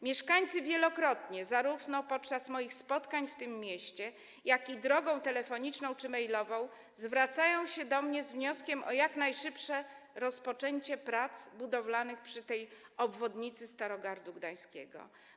Mieszkańcy wielokrotnie, zarówno podczas spotkań ze mną w tym mieście, jak i drogą telefoniczną czy mailową, zwracają się do mnie z wnioskiem o jak najszybsze rozpoczęcie prac budowlanych przy obwodnicy Starogardu Gdańskiego.